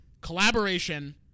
collaboration